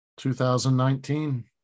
2019